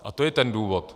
A to je ten důvod.